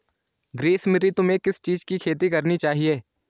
ग्रीष्म ऋतु में किस चीज़ की खेती करनी चाहिये?